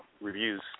reviews